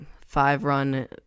five-run